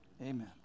Amen